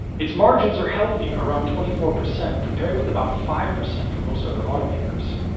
its margins are healthy around twenty four percent, compared with about five percent for most other automakers.